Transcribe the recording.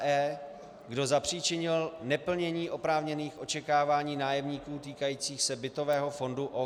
e) kdo zapříčinil neplnění oprávněných očekávání nájemníků týkajících se bytového fondu OKD.